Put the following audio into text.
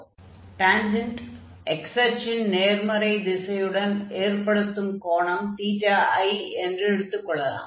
ஆகையால் tangent x அச்சின் நேர்மறை திசையுடன் ஏற்படுத்தும் கோணம் i என்று எடுத்துக் கொள்ளலாம்